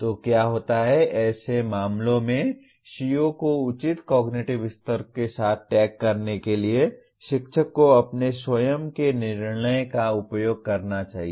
तो क्या होता है ऐसे मामलों में CO को उचित कॉग्निटिव स्तर के साथ टैग करने के लिए शिक्षक को अपने स्वयं के निर्णय का उपयोग करना चाहिए